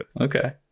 okay